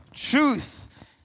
Truth